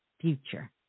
future